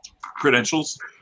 Credentials